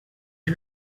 you